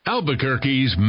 Albuquerque's